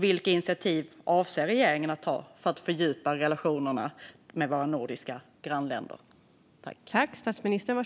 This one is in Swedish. Vilka initiativ avser regeringen att ta för att fördjupa relationerna med våra nordiska grannländer?